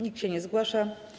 Nikt się nie zgłasza.